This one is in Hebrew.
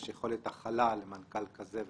יש יכולת הכלה למנכ"ל כזה,